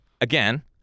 again